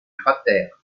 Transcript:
cratère